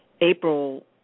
April